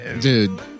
dude